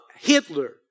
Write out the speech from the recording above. Hitler